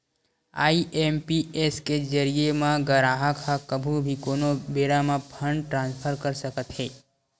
IMPS के जरिए म गराहक ह कभू भी कोनो बेरा म फंड ट्रांसफर कर सकत हे